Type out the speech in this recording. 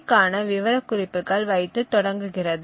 க்கான விவரக்குறிப்புகள் வைத்து தொடங்குகிறது